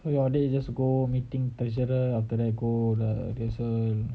so order you just go meeting teresa then after that go the rehearsal